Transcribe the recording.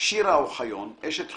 שירה אוחיון, אשת חינוך,